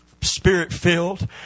spirit-filled